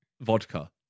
vodka